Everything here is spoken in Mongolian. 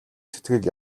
сэтгэл